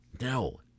No